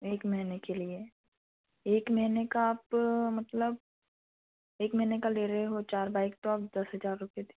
एक महीने के लिए एक महीने का आप मतलब एक महीने का ले रहे हो चार बाइक तो आप दस हज़ार रुपये दे